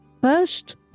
First